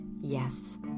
yes